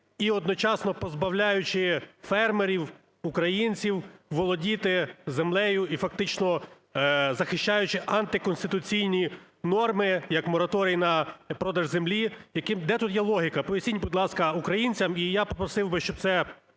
і одночасно позбавляючи фермерів українців володіти землею, і фактично захищаючи антиконституційні норми як мораторій на продаж землі? Де тут є логіка, поясніть, будь ласка, українцям. І попросив би, щоб це